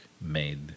made